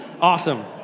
Awesome